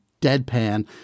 deadpan